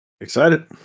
Excited